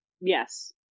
Yes